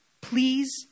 please